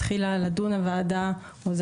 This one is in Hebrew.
הוועדה התחילה לדון,